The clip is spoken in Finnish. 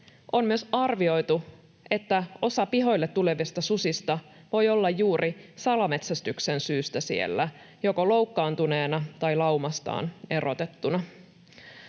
On myös arvioitu, että osa pihoille tulevista susista voi olla juuri salametsästyksen syystä siellä, joko loukkaantuneena tai laumastaan erotettuna.